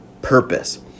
purpose